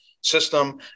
system